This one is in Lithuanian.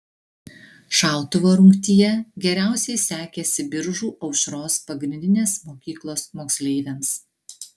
šautuvo rungtyje geriausiai sekėsi biržų aušros pagrindinės mokyklos moksleiviams